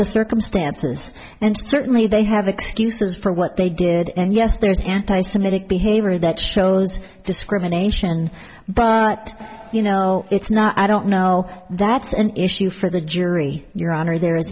the circumstances and certainly they have excuses for what they did and yes there's anti semitic behavior that shows discrimination but you know it's not i don't know that's an issue for the jury your honor the